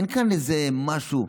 אין כאן איזה משהו.